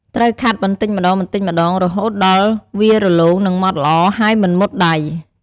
ត្រូវខាត់បន្តិចម្តងៗរហូតដល់វារលោងនិងម៉ដ្ឋល្អ ហើយមិនមុតដៃ។